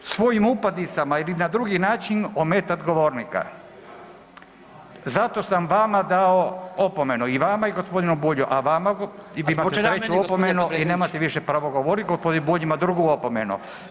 Svojim upadicama ili na drugi način ometat govornika, zato sam vama dao opomenu i vama i gospodinu Bulju, a vama … [[Govornici govore istovremeno, ne razumije se.]] treću opomenu i nemate više pravo govoriti, gospodin Bulj ima drugu opomenu.